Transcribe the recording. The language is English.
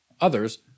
Others